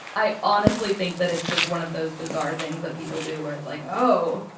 i honestly think that it's just one of those bizarre things that people do where it's like oh